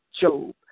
Job